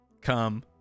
Come